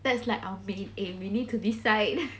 that's like our main aim you need to decide